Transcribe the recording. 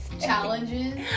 challenges